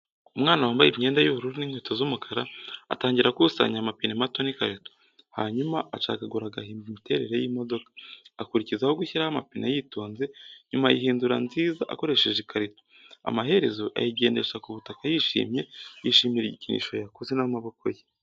Umwana wambaye imyenda y’ubururu n’inkweto z’umukara atangira akusanya amapine mato n’ikarito. Hanyuma acagagura agahimba imiterere y’imodoka. Akurikizaho gushyiraho amapine yitonze. Nyuma ayihindura nziza akoresheje ikarito. Amaherezo, ayigendesha ku butaka yishimye, yishimira igikinisho yakoze n’amaboko ye.